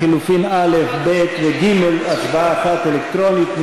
לחלופין א', ב' וג', הצבעה אחת אלקטרונית.